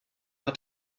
hat